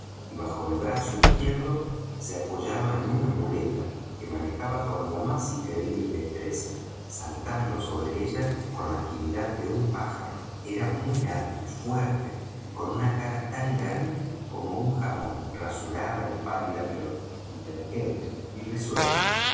y bajo el brazo izquierdo se apoyaba en una muleta que manejaba con la más increíble destreza saltando sobre ella con la agilidad de un pájaro era muy alto y fuerte con una cara tan grande como un jamón rasurada y pálida pero inteligente y risueña